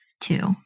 two